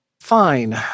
Fine